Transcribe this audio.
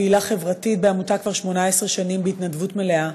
פעילה חברתית בעמותה כבר 18 שנים בהתנדבות מלאה.